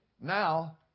now